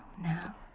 now